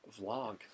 Vlog